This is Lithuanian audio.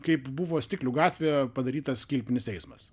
kaip buvo stiklių gatvėje padarytas kilpinis eismas